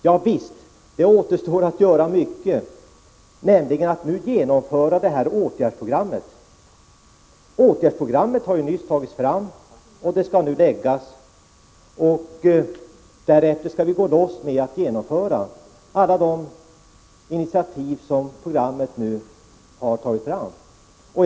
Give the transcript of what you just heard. Jo, visst återstår mycket att göra, nämligen att genomföra åtgärdsprogrammet. Det har ju nyss tagits fram, det skall nu framläggas och därefter skall vi genomföra alla de initiativ som föreslås i programmet.